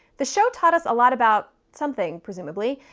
the show taught us a lot about. something, presumably,